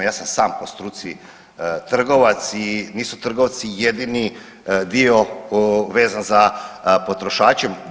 Ja sam i sam po struci trgovac i nisu trgovci jedini dio vezan za potrošače.